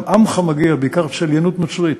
גם "עמך" מגיע, בעיקר צליינות נוצרית,